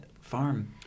farm